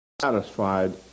satisfied